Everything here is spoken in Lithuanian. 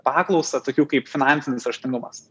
paklausą tokių kaip finansinis raštingumas